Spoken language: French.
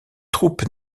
troupes